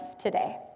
today